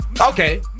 Okay